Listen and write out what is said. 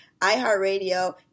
iHeartRadio